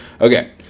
Okay